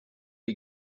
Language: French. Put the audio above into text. les